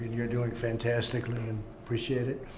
you're doing fantastically, and appreciate it.